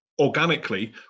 organically